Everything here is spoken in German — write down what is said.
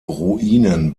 ruinen